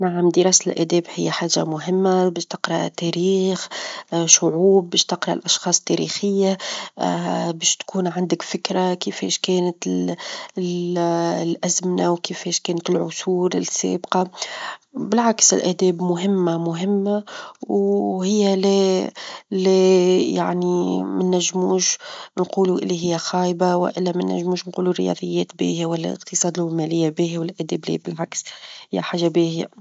نعم دراسة الآداب هي حاجة مهمة باش تقرا تاريخ، شعوب، باش تقرأ لأشخاص تاريخية، باش تكون عندك فكرة كيفاش كانت -ال- الأزمنة، وكيفاش كانت العصور السابقة بالعكس الآداب مهمة، مهمة، وهي يعني ما ننجموش نقولو اللي هي خايبة، والا ما ننجموش نقولو رياظيات باهية، ولا الإقتصاد والمالية باهية، والآداب لا بالعكس هي حاجة باهية.